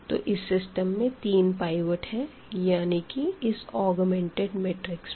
तो इस सिस्टम में तीन पाइवट है यानी कि इस ऑग्मेंटेड मैट्रिक्स में